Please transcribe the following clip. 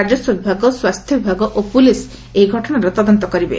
ରାଜସ୍ୱ ବିଭାଗ ସ୍ୱାସ୍ଥ୍ୟବିଭାଗ ଓ ପୁଲିସ ଏହି ଘଟଶାର ତଦନ୍ତ କରିବେ